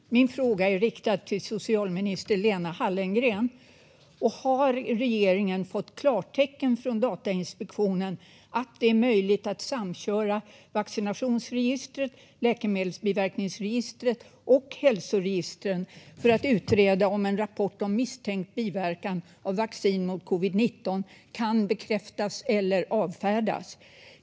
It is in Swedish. Fru talman! Min fråga är riktad till socialminister Lena Hallengren. Har regeringen fått klartecken från Datainspektionen om att det är möjligt att samköra vaccinationsregistret, läkemedelsbiverkningsregistret och hälsoregistren för att utreda om en rapport om misstänkta biverkningar av vaccin mot covid-19 kan bekräftas eller avfärdas?